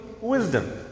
wisdom